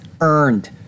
earned